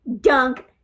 dunk